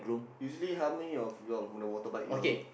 usually how many of you all on a motor bike you all